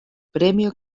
premio